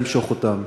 למשוך אותם.